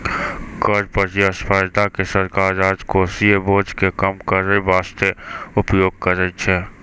कर प्रतिस्पर्धा के सरकार राजकोषीय बोझ के कम करै बासते उपयोग करै छै